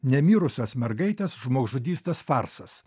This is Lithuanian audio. nemirusios mergaitės žmogžudystės farsas